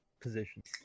positions